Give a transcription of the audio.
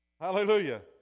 Hallelujah